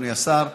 אדוני השר,